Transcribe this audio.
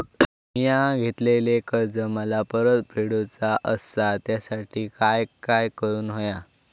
मिया घेतलेले कर्ज मला परत फेडूचा असा त्यासाठी काय काय करून होया?